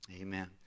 Amen